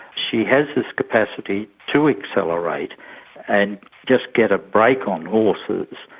she has this capacity to accelerate and just get a break on horses,